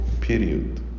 Period